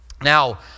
Now